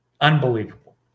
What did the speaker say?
Unbelievable